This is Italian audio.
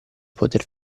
poter